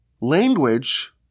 language